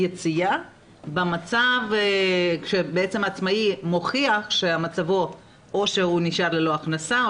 יציאה במצב שעצמאי מוכיח או שהוא נשאר ללא הכנסה,